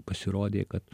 pasirodė kad